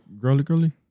girly-girly